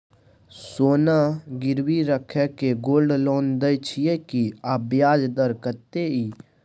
सोना गिरवी रैख के गोल्ड लोन दै छियै की, आ ब्याज दर कत्ते इ?